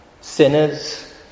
sinners